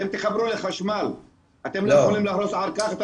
ואם תחברו לחשמל אתם לא יכולים להרוס אחר כך?